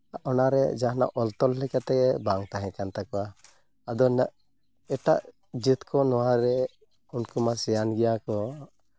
ᱚᱱᱟᱨᱮ ᱡᱟᱦᱟᱱᱟᱜ ᱚᱞ ᱛᱚᱞ ᱠᱟᱛᱮᱫ ᱵᱟᱝ ᱛᱟᱦᱮᱸ ᱠᱟᱱ ᱛᱟᱠᱚᱣᱟ ᱟᱫᱚ ᱦᱟᱸᱜ ᱮᱴᱟᱜ ᱡᱟᱹᱛ ᱠᱚ ᱱᱚᱣᱟᱨᱮ ᱩᱱᱠᱩ ᱢᱟ ᱥᱮᱭᱟᱱ ᱜᱮᱭᱟ ᱠᱚ